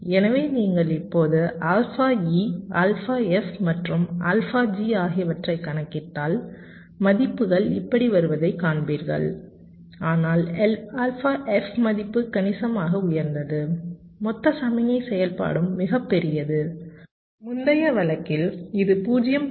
எனவே நீங்கள் இப்போது ஆல்பா E ஆல்பா F மற்றும் ஆல்பா G ஆகியவற்றைக் கணக்கிட்டால் மதிப்புகள் இப்படி வருவதைக் காண்பீர்கள் ஆனால் ஆல்பா F மதிப்பு கணிசமாக உயர்ந்தது மொத்த சமிக்ஞை செயல்பாடும் மிகப் பெரியது முந்தைய வழக்கில் இது 0